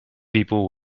people